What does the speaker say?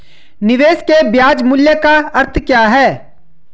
निवेश के ब्याज मूल्य का अर्थ क्या है?